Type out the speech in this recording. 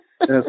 Yes